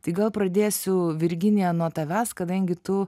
tai gal pradėsiu virginija nuo tavęs kadangi tu